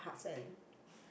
parts and